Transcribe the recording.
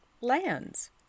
lands